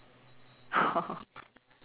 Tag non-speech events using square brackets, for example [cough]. [laughs]